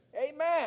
Amen